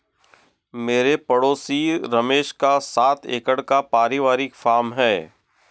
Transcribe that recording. मेरे पड़ोसी रमेश का सात एकड़ का परिवारिक फॉर्म है